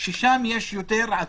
ששם יש יותר עצורים,